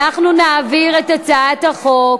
אנחנו נעביר את הצעת החוק,